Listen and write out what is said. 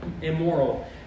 immoral